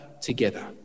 together